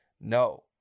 No